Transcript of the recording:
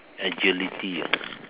agility ah